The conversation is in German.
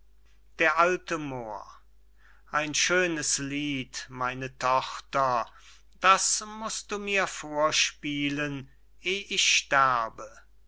d a moor ein schönes lied meine tochter das must du mir vorspielen eh ich sterbe